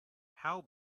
how